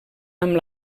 amb